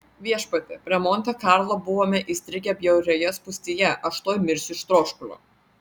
viešpatie prie monte karlo buvome įstrigę bjaurioje spūstyje aš tuoj mirsiu iš troškulio